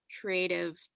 creative